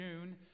June